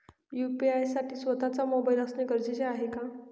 UPI साठी स्वत:चा mobile असणे गरजेचे आहे का?